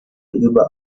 über